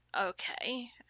okay